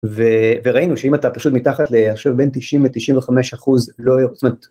ו..וראינו שאם אתה פשוט מתחת לאני חושב בין 90 ל-95 אחוז לא... זאת אומרת...